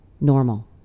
normal